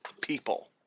people